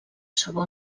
sabó